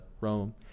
Rome